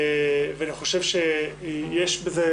יש בזה